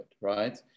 right